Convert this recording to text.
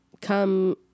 come